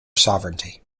sovereignty